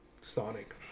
sonic